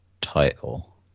title